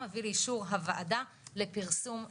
מביא לאישור הוועדה לפרסום ברשומות.